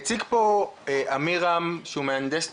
הציג פה עמירם שהוא מהנדס תנועה,